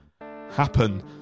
happen